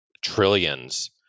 trillions